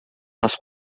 nós